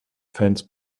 fence